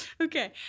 Okay